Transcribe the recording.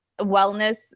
wellness